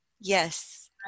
yes